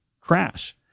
crash